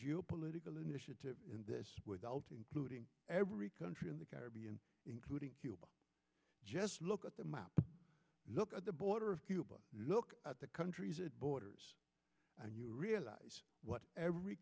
geopolitical initiative in this without including every country in the caribbean including cuba just look at the map look at the border of cuba look at the country's borders and you realize what every